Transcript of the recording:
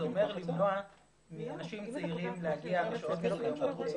זה אומר לקבוע לאנשים צעירים להגיע בשעות אחרות.